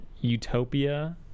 utopia